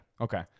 Okay